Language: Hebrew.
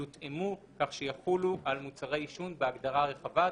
יותאמו כך שיחולו על מוצרי עישון בהגדרה רחבה,